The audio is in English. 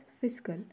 fiscal